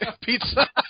Pizza